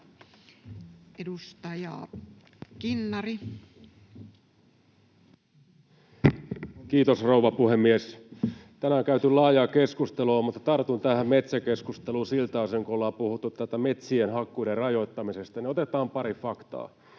16:30 Content: Kiitos, rouva puhemies! Tänään on käyty laajaa keskustelua, mutta tartun tähän metsäkeskusteluun siltä osin kuin ollaan puhuttu tästä metsien hakkuiden rajoittamisesta. Otetaan pari faktaa: